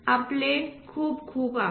आपले खूप खूप आभार